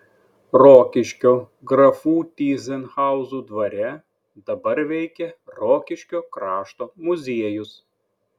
rokiškio grafų tyzenhauzų dvare dabar veikia rokiškio krašto muziejus